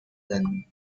then